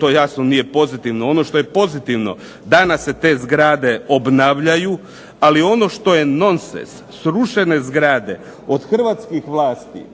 To jasno nije pozitivno. Ono što je pozitivno, danas se te zgrade obnavljaju, ali ono što je nonsens srušene zgrade od hrvatskih vlasti